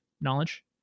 knowledge